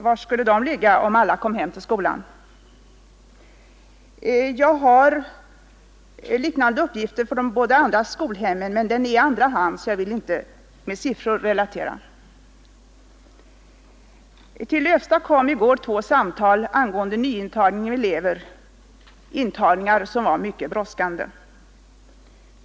Var skulle de ligga, om alla kom hem till skolan? Jag har liknande uppgifter för de båda andra skolhemmen också, men eftersom jag har dessa uppgifter i andra hand vill jag inte relatera några siffror. Till Lövsta kom i går två samtal angående nyintagning av elever — intagningar som var mycket brådskande.